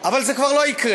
אבל זה לא יקרה.